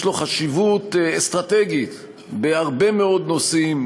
לו חשיבות אסטרטגית בהרבה מאוד נושאים,